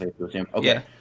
okay